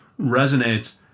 resonates